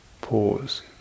Pause